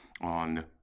on